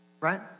right